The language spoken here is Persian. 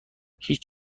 هیچ